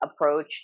approach